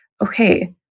okay